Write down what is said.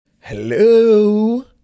Hello